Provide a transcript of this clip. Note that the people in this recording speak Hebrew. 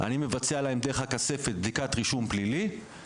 אני מבצע עליהם בדיקת רישום פלילי דרך הכספת,